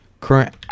current